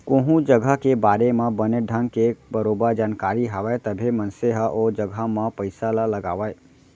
कोहूँ जघा के बारे म बने ढंग के बरोबर जानकारी हवय तभे मनसे ह ओ जघा म पइसा ल लगावय